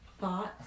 thoughts